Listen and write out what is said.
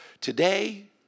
Today